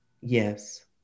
Yes